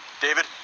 David